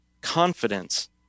confidence